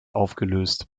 aufgelöst